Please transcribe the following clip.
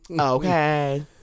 Okay